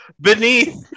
beneath